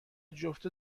جفت